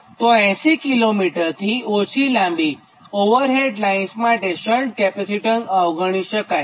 તો 80 કિલોમીટરથી ઓછી લાંબી ઓવરહેડ લાઇન્સ માટે શન્ટ કેપેસિટીન્સ અવગણી શકાય છે